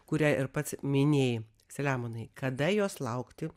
kurią ir pats minėjai selemonai kada jos laukti